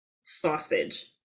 sausage